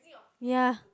ya